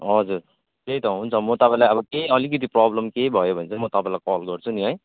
हजुर त्यही त हुन्छ म तपाईँलाई अब केही अलिकति प्रब्लम केही भयो भने चाहिँ म तपाईँलाई कल गर्छु नि है